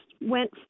went